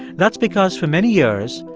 that's because for many years,